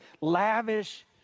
lavish